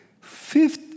Fifth